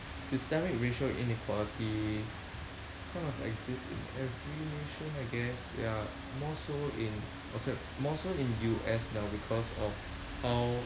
systemic racial inequality kind of exists in every nation I guess ya more so in okay more so in U_S now because of how